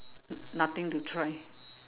nothing to try